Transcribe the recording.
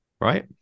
right